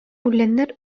үләннәр